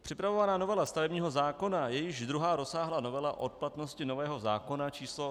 Připravovaná novela stavebního zákona je již druhá rozsáhlá novela od platnosti nového zákona č. 183/2006.